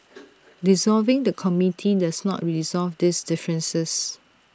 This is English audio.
dissolving the committee does not resolve these differences